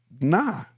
Nah